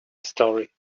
story